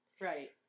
right